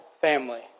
family